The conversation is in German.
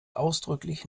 ausdrücklich